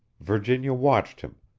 virginia watched him,